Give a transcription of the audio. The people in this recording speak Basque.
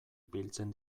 biltzen